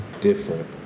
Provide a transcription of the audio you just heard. different